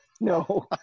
no